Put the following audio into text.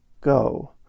go